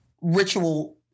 ritual